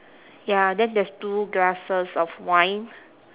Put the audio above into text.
ya then there's two glasses of wine